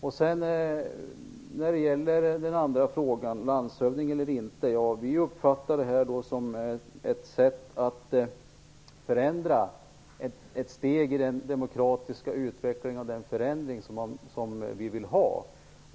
När det sedan gäller den andra frågan, landshövding eller inte, uppfattar vi det här som ett steg i den demokratiska utveckling och förändring som vi vill ha.